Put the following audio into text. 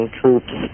troops